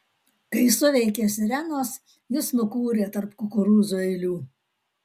kai suveikė sirenos jis nukūrė tarp kukurūzų eilių